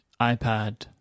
iPad